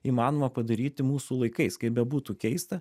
įmanoma padaryti mūsų laikais kaip bebūtų keista